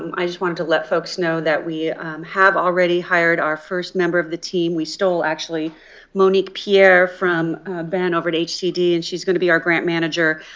um i just wanted to let folks know that we have already hired our first member of the team. we stole actually monique pierre from over at hcd and she's going to be our grant manager.